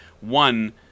one